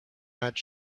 not